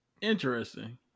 Interesting